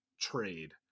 trade